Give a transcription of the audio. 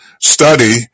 study